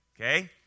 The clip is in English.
Okay